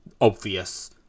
obvious